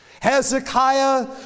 Hezekiah